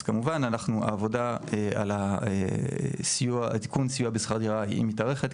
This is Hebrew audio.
אז כמובן העבודה על תיקון סיוע בשכר הדירה מתארכת,